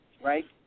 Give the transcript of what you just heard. Right